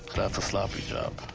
that's a sloppy job.